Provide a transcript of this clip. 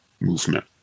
movement